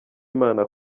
imana